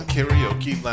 Karaoke